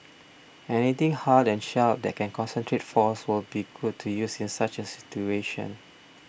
anything hard and sharp that can concentrate force would be good to use in such a situation